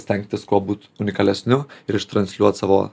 stengtis kuo būt unikalesniu ir iš transliuot savo